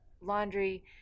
laundry